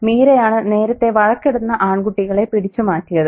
മീരയാണ് നേരത്തെ വഴക്കിടുന്ന ആൺകുട്ടികളെ പിടിച്ചുമാറ്റിയത്